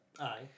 Aye